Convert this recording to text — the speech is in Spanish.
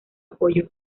apoyó